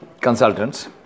consultants